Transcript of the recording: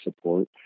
support